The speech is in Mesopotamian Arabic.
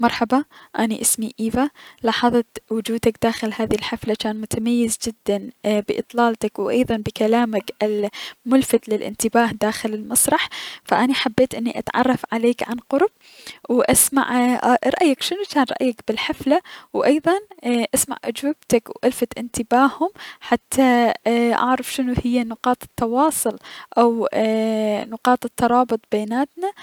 مرحبا، اني اسمي ايفا، لاحضت وجودك داخل هذي الحفلة جان متميز جدا اي- بأطلالتك و ايضا بكلامك الملفت للأنتباه داخل المسرح، و اني حبيت انو اتعرف عليك عن قرب و أسمع رأيك شنو جان رأيك بالحفلة و ايضا اسمع اجوبتك و الفت انتباههم اي- حتى اعرف شنو هي نقاط التواصل او اي- نقاط الترابط بيناتنا